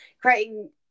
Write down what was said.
creating